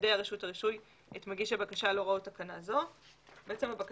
תיידע רשותך הרישוי את מגיש הבקשה להוראות תקנה זאת".